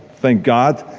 thank god.